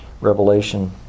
Revelation